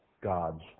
God's